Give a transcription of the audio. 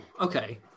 okay